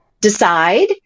decide